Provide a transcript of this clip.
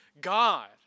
God